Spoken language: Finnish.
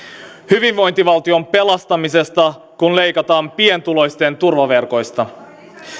hyvinvointivaltion pelastamisesta kun leikataan pienituloisten turvaverkoista